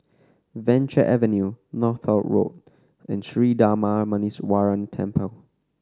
Venture Avenue Northolt Road and Sri Darma Muneeswaran Temple